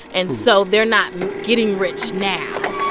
and so they're not getting rich now.